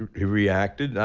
he reacted,